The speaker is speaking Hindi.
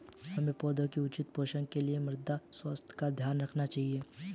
हमें पौधों के उचित पोषण के लिए मृदा स्वास्थ्य का ध्यान रखना चाहिए